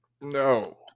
No